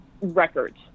records